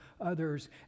others